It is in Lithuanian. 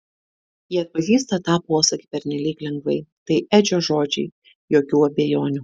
ji atpažįsta tą posakį pernelyg lengvai tai edžio žodžiai jokių abejonių